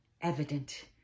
evident